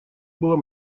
было